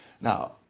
Now